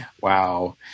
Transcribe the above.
Wow